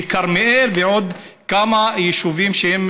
בכרמיאל ובעוד כמה יישובים שהם